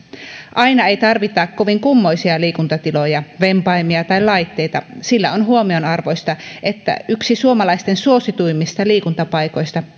aina ei tarvita kovin kummoisia liikuntatiloja vempaimia tai laitteita sillä on huomionarvoista että yksi suomalaisten suosituimmista liikuntapaikoista